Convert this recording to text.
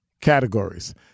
categories